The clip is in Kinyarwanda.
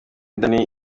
danny